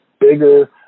bigger